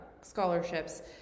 scholarships